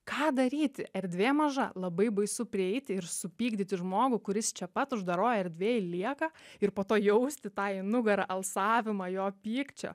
ką daryti erdvė maža labai baisu prieiti ir supykdyti žmogų kuris čia pat uždaroj erdvėj lieka ir po to jausti tą į nugarą alsavimą jo pykčio